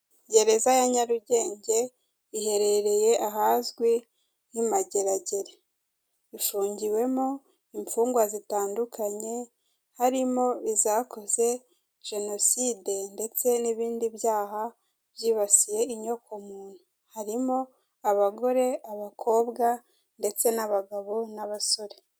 Gereza ya Nyarugenge iherereye ahazwi nk'imageragere, ifungiwemo imfungwa zitandukanye, harimo izakoze jenoside ndetse n'ibindi byaha byibasiye inyokomuntu harimo abagore abakobwa ndetse n'abagabo n'abasore.